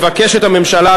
הממשלה,